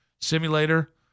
Simulator